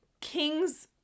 king's